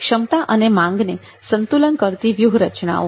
ક્ષમતા અને માંગને સંતુલન કરતી વ્યૂહરચનાઓ